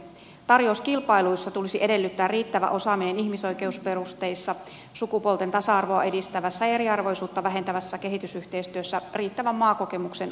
tarjouskilpailuissa tulisi edellyttää riittävä osaaminen ihmisoikeusperusteissa ja sukupuolten tasa arvoa edistävässä ja eriarvoisuutta vähentävässä kehitysyhteistyössä riittävän maakokemuksen ohella